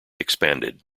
expanded